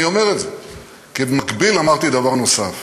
אני אומר את זה כי במקביל אמרתי דבר נוסף: